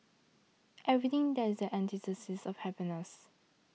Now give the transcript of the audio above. everything that is the antithesis of happiness